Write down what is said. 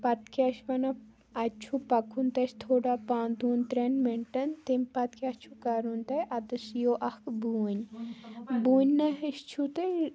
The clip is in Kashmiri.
پَتہٕ کیٛاہ چھِ ونان اَتہِ چھُو پَکُن تٔسۍ تھوڑا پہن دۄن ترٛٮ۪ن مِنٛٹَن تٔمۍ پَتہٕ کیٛاہ چھُو کَرُن تۄہہِ اَتِس ییٖیو اَکھ بوٗنۍ بوٗنیٛا ہِش چھُو تۄہہِ